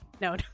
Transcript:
No